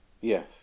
Yes